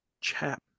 chap